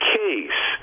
case